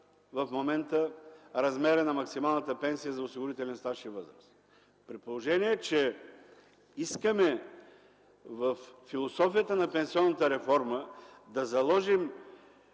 в момента са размера на максималната пенсия за осигурителен стаж и възраст. При положение че искаме във философията на пенсионната реформа да заложим